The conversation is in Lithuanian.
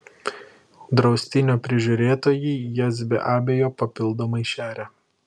draustinio prižiūrėtojai jas be abejo papildomai šerią